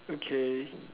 okay